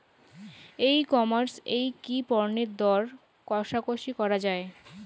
ই commerce এ কি পণ্যের দর কশাকশি করা য়ায়?